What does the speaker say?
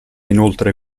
inoltre